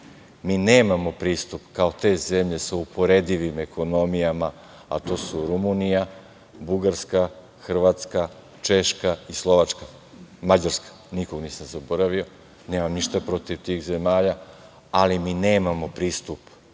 Mi nemamo pristup kao te zemlje sa uporedivim ekonomijama, a to su Rumunija, Bugarska, Hrvatska, Češčka, Slovačka i Mađarska. Nikog nisam zaboravio. Nemam ništa protiv tih zemalja, ali mi nemamo pristup